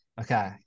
Okay